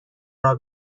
راه